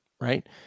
right